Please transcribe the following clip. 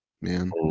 man